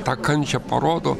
tą kančią parodo